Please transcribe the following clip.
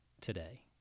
today